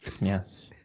Yes